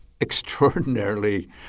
extraordinarily